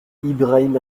ibrahim